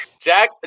Jack